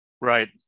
Right